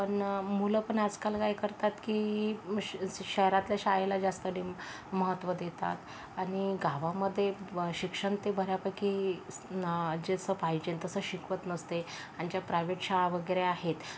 पण मुल पण आजकाल काय करतात की शह शहरातल्या शाळेला जास्त डिमां महत्त्व देतात आणि गावामध्ये शिक्षण ते बऱ्यापैकी ना जसं पाहिजे तसं शिकवत नसते आणि ज्या प्रायव्हेट शाळा वगैरे आहेत